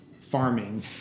farming